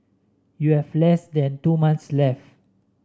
you have less than two months left